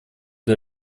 для